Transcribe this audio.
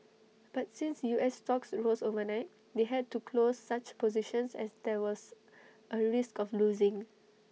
but since U S stocks rose overnight they had to close such positions as there was A risk of losing